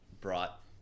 brought